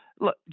look